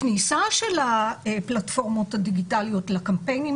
הכניסה של הפלטפורמות הדיגיטליות לקמפיינים